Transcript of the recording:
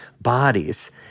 bodies